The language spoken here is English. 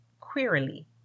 queerly